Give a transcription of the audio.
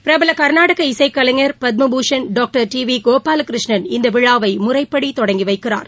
பிரபல Karnataka இசைகலைஞர் Padma Bhushan doctor T V Gopalakrishnan இந்த விழாவை முறைப்படி தொடங்கிவைக்கிறார்